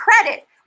credit